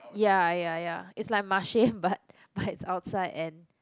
ya ya ya it's like Marche but but it's outside and